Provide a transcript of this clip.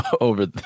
over